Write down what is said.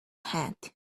hat